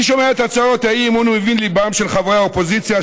אני שומע את הצעות האי-אמון ומבין לליבם של חברי האופוזיציה,